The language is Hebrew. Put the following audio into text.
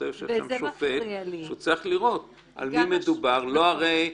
כשהוא צופה את גרימת המוות ומקווה שהיא לא תתרחש,